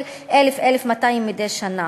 של 1,000 1,200 מדי שנה.